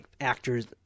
actors